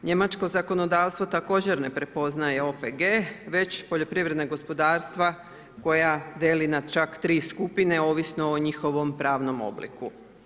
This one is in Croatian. Njemačko zakonodavstvo također ne prepoznaje OPG, već poljoprivredna gospodarstva koja dijeli na čak 3 skupine, ovisno o njihovom pravnom obliku.